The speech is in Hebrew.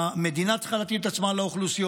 המדינה צריכה להתאים את עצמה לאוכלוסיות,